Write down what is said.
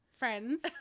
friends